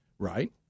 Right